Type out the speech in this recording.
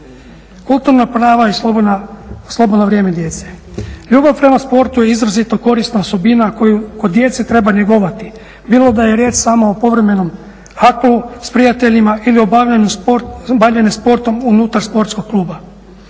Kulturna prava i slobodno vrijeme djece. Ljubav prema sportu je izrazito korisna osobina koju kod djece treba njegovati bilo da je riječ samo o povremenom haklu s prijateljima ili bavljenje sportom unutar sportskog kluba.